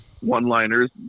one-liners